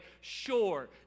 Sure